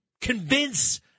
convince